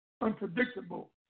unpredictable